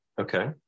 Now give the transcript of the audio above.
okay